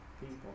people